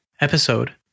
episode